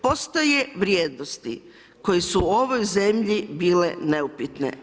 Postoje vrijednosti koje su u ovoj zemlji bile neupitne.